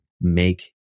make